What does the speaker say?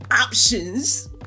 options